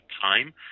time